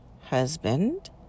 husband